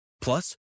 Plus